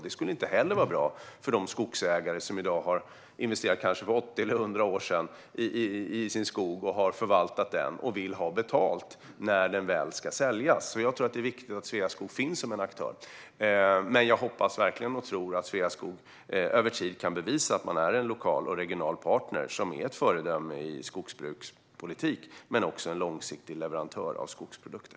Det skulle inte heller vara bra för de skogsägare som investerade för kanske 80 eller 100 år sedan i sin skog och har förvaltat den och vill ha betalt när den väl ska säljas. Jag tror att det är viktigt att Sveaskog finns som en aktör, men jag hoppas verkligen och tror att Sveaskog över tid kan bevisa att man är en lokal och regional partner som är ett föredöme i skogsbrukspolitik men också en långsiktig leverantör av skogsprodukter.